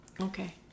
okay